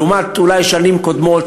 אולי לעומת שנים קודמות,